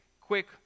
quick